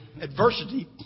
adversity